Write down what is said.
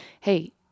Hey